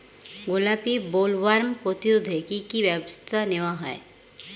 গোলাপী বোলওয়ার্ম প্রতিরোধে কী কী ব্যবস্থা নেওয়া হয়?